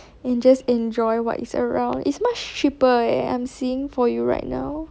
and just enjoy what is around it's much cheaper eh I'm seeing for you right now